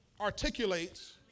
articulates